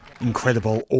Incredible